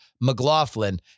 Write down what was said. McLaughlin